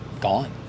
gone